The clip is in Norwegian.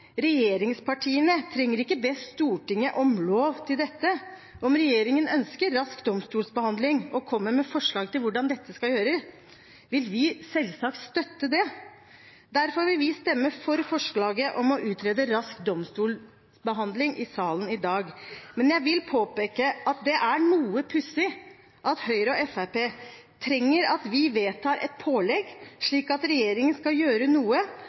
Regjeringspartiene trenger ikke be Stortinget om lov til dette. Om regjeringen ønsker rask domstolsbehandling og kommer med forslag til hvordan dette skal gjøres, vil vi selvsagt støtte det. Derfor vil vi stemme for forslaget om å utrede rask domstolsbehandling i salen i dag. Men jeg vil påpeke at det er noe pussig at Høyre og Fremskrittspartiet trenger at vi vedtar et pålegg, slik at regjeringen skal gjøre noe